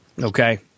Okay